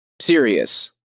serious